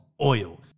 Oil